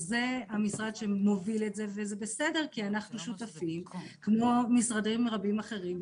זה המשרד שמוביל את זה וזה בסדר כי אנחנו שותפים כמו משרדים רבים אחרים.